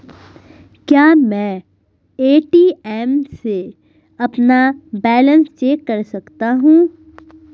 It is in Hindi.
क्या मैं ए.टी.एम में अपना बैलेंस चेक कर सकता हूँ?